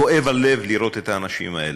כואב הלב לראות את האנשים האלה.